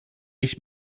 ich